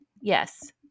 Yes